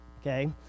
okay